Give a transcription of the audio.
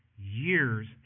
years